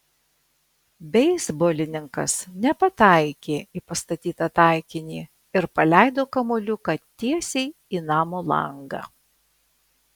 beisbolininkas nepataikė į pastatytą taikinį ir paleido kamuoliuką tiesiai į namo langą